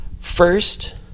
first